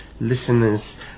listeners